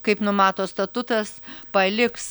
kaip numato statutas paliks